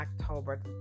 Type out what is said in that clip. October